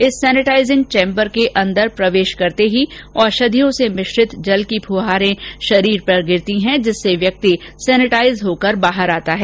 इस sanitising chamber के अंदर प्रवेश करते ही औषधियों से मिश्रित जल की फुहारें शरीर पर गिरती है इससे व्यक्ति सेनेटाइज होकर बाहर आ जाता है